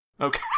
Okay